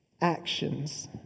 actions